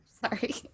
sorry